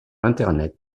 internet